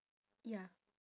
ya